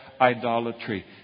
idolatry